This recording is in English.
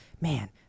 man